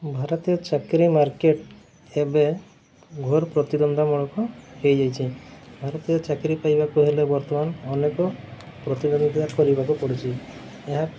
ଭାରତୀୟ ଚାକିରି ମାର୍କେଟ୍ ଏବେ ଘୋର ପ୍ରତିଦ୍ୱନ୍ଦ୍ୱାମୂଳକ ହେଇଯାଇଛି ଭାରତୀୟ ଚାକିରି ପାଇବାକୁ ହେଲେ ବର୍ତ୍ତମାନ ଅନେକ ପ୍ରତିଦ୍ୱନ୍ଦ୍ୱିତା କରିବାକୁ ପଡ଼ୁଛି ଏହା